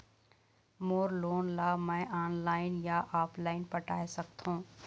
मोर loan ला मैं online या ऑफलाइन पटाए सकथों?